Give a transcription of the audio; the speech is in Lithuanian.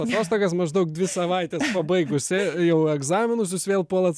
atostogas maždaug dvi savaites pabaigusi jau egzaminus jūs vėl puolat